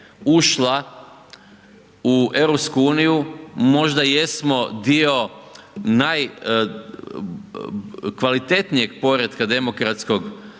ušla u EU, možda jesmo dio najkvalitetnije poretka demokratskog